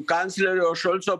kanclerio šolco